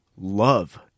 love